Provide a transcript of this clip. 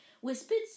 Whispers